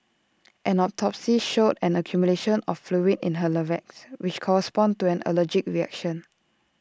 an autopsy showed an accumulation of fluid in her larynx which corresponds to an allergic reaction